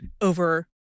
over